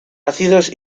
ácidos